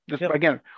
Again